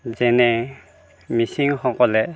যেনে মিচিংসকলে